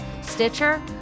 Stitcher